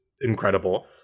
incredible